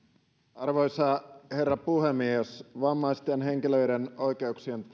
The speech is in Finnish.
arvoisa herra puhemies vammaisten henkilöiden oikeuksien